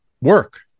work